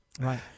right